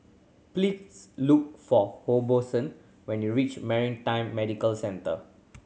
please look for Hobson when you reach Maritime Medical Centre